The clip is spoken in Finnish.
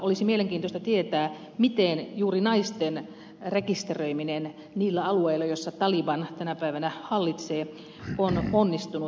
olisi mielenkiintoista tietää miten juuri naisten rekisteröiminen niillä alueilla joita taliban tänä päivänä hallitsee on onnistunut